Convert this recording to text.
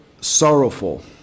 sorrowful